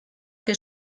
que